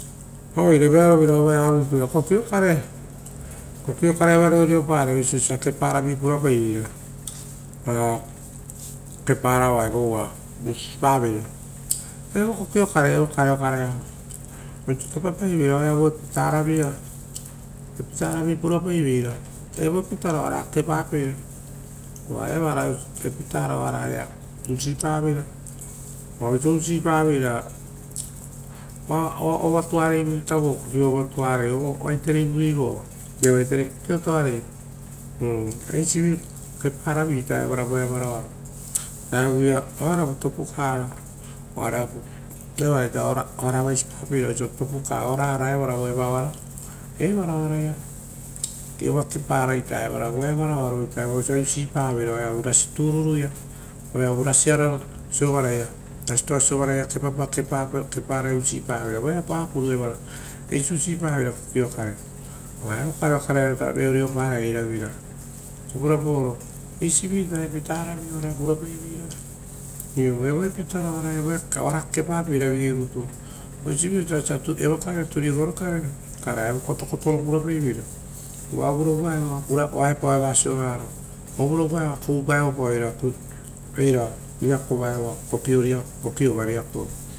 Oire vearovira ovai rutu ia. Kokiokare kokiokare okare aiava reoreo parai oisio osia keparavi pura paiveira, vova kopara uva usi paveira. Evo kokiokare okarea oisio kepa paiveira, evo epitaro oara kekepapeira uva evaraepitara oara ia usipa veira oa oisio usipaveira. ovatuareivu ita, aiterei vuei vo evaiterei kokiotoarei eisivi ovutarovaia oaravu topukara oara evara voea varao, evara oaraia kepara ita evara voea varoro vosia usipaveira voeapa apuro evara. Eisi usi paveira kokio kare uva evo kare ita okare are reoreoparai airavira osio purapaoro eisivi ita epitanavi purapaiveira iu evo epitaro oara iu kekepapeira vigei rutu, iu ita osio ita evo kare turigoro kare okarea evo koto kotoro purapaiveira uva ovirovua eva oaepa oeva siovararo ovirovua eva oa koupa evoepao eira, eira riakova evoa kokiova riakova.